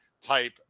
type